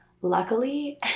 Luckily